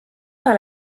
par